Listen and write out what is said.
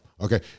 Okay